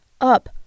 Up